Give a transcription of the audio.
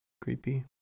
Creepy